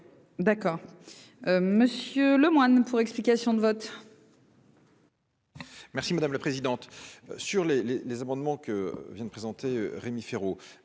d'accord Monsieur Lemoine pour explication de vote. Merci madame la présidente, sur les, les, les amendements que vient de présenter, Rémi Féraud,